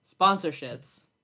Sponsorships